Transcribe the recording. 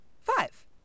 Five